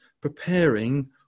preparing